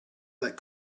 that